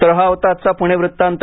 तर हा होता आजचा पुणे वृत्तांत